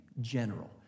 general